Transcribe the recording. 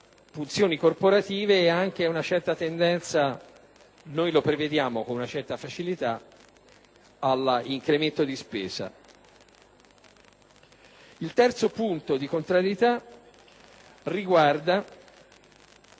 pulsioni corporative ed anche una certa tendenza - lo prevediamo con facilità - all'incremento di spesa. Il terzo punto di contrarietà riguarda